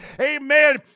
amen